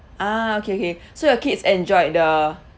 ah okay okay so your kids enjoyed the